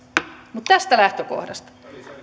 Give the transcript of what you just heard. mutta tästä lähtökohdasta